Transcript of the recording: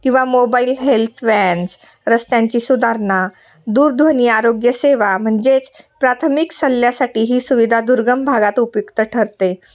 किंवा mobile health vans रस्त्यांची सुधारणा दूरध्वनी आरोग्यसेवा म्हणजेच प्राथमिक सल्ल्यासाठी ही सुविधा दुर्गम भागात उपयुक्त ठरते